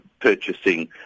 purchasing